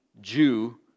Jew